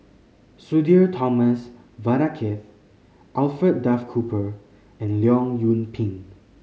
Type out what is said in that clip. Sudhir Thomas Vadaketh Alfred Duff Cooper and Leong Yoon Pin